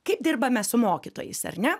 kaip dirbame su mokytojais ar ne